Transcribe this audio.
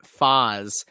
Foz